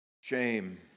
shame